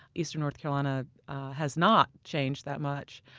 eastern north carolina has not changed that much.